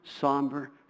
somber